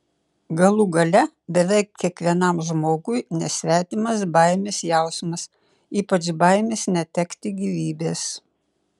galų gale beveik kiekvienam žmogui nesvetimas baimės jausmas ypač baimės netekti gyvybės